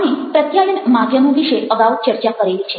આપણે પ્રત્યાયનના માધ્યમો વિશે અગાઉ ચર્ચા કરેલી છે